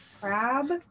Crab